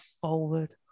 forward